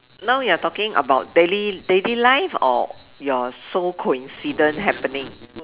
now you're talking about daily daily life or your so coincident happening